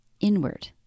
inward